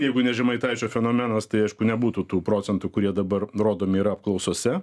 jeigu ne žemaitaičio fenomenas tai aišku nebūtų tų procentų kurie dabar nurodomi yra apklausose